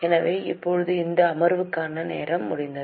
எனவே இப்போது இந்த அமர்வுக்கான நேரம் முடிந்துவிட்டது